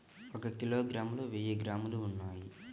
ఒక కిలోగ్రామ్ లో వెయ్యి గ్రాములు ఉన్నాయి